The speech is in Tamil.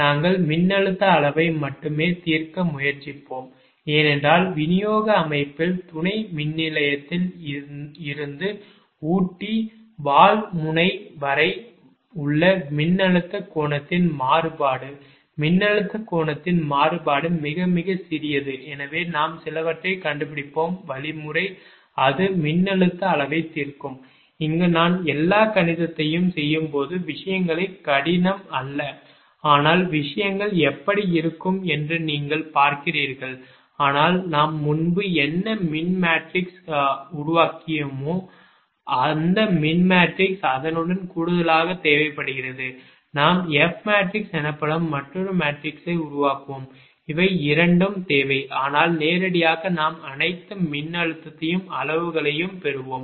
நாங்கள் மின்னழுத்த அளவை மட்டுமே தீர்க்க முயற்சிப்போம் ஏனென்றால் விநியோக அமைப்பில் துணை மின்நிலையத்தில் இருந்து ஊட்டி வால் முனை வரை உள்ள மின்னழுத்த கோணத்தின் மாறுபாடு மின்னழுத்த கோணத்தின் மாறுபாடு மிக மிக சிறியது எனவே நாம் சிலவற்றைக் கண்டுபிடிப்போம் வழிமுறை அது மின்னழுத்த அளவை தீர்க்கும் இங்கு நான் எல்லா கணிதத்தையும் செய்யும்போது விஷயங்கள் கடினம் அல்ல ஆனால் விஷயங்கள் எப்படி இருக்கும் என்று நீங்கள் பார்க்கிறீர்கள் ஆனால் நாம் முன்பு என்ன மின் மேட்ரிக்ஸை உருவாக்கியோமோ அந்த மின் மேட்ரிக்ஸ் அதனுடன் கூடுதலாக தேவைப்படுகிறது நாம் f மேட்ரிக்ஸ் எனப்படும் மற்றொரு மேட்ரிக்ஸை உருவாக்குவோம் இவை 2 தேவை ஆனால் நேரடியாக நாம் அனைத்து மின்னழுத்த அளவுகளையும் பெறுவோம்